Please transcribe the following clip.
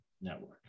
Network